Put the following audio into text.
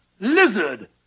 lizard